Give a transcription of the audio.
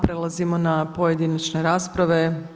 Prelazimo na pojedinačne rasprave.